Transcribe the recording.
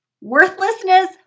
Worthlessness